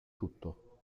tutto